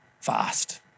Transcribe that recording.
fast